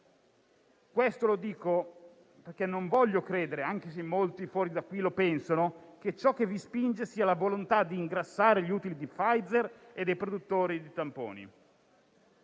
Questo lo dico perché non voglio credere - anche se molti fuori da qui lo pensano - che ciò che vi spinge sia la volontà di ingrassare gli utili di Pfizer e dei produttori di tamponi.